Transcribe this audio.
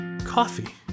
coffee